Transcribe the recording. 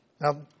Now